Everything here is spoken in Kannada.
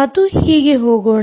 ಮತ್ತು ಹೀಗೆ ಹೋಗೋಣ